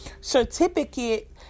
certificate